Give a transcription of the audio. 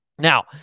Now